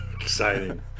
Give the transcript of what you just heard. Exciting